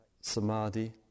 samadhi